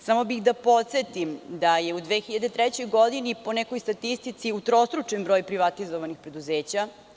Samo bih da podsetim da je u 2003. godini, po nekoj statistici, utrostručen broj privatizovanih preduzeća.